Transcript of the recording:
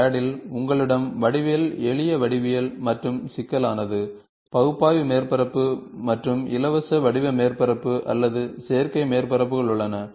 CAD இல் உங்களிடம் வடிவியல் எளிய வடிவியல் மற்றும் சிக்கலானது பகுப்பாய்வு மேற்பரப்பு மற்றும் இலவச வடிவ மேற்பரப்பு அல்லது செயற்கை மேற்பரப்புகள் உள்ளன